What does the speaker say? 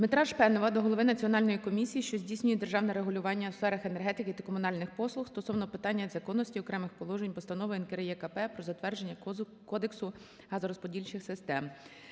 Дмитра Шпенова до голови Національної комісії, що здійснює державне регулювання у сферах енергетики та комунальних послуг стосовно питання незаконності окремих положень Постанови НКРЕКП "Про затвердження Кодексу газорозподільчих систем".